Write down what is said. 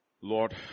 Lord